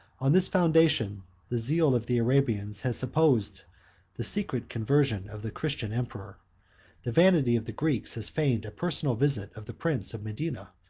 on this foundation the zeal of the arabians has supposed the secret conversion of the christian emperor the vanity of the greeks has feigned a personal visit of the prince of medina,